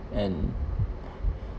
and